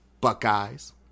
Buckeyes